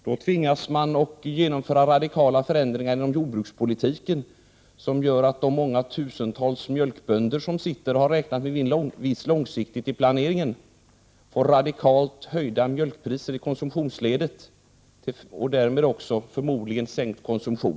Då tvingas man att genomföra radikala förändringar inom jordbrukspolitiken, som gör att de många tusentals mjölkproducerande bönder som har räknat långsiktigt i sin planering får se radikalt höjda mjölkpriser i konsumtionsledet och därmed också förmodligen sänkt konsumtion.